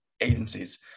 agencies